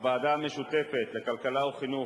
הוועדה המשותפת לכלכלה וחינוך,